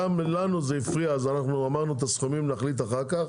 גם לנו זה הפריע ואמרנו שעל הסכומים נחליט אחר כך.